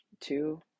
two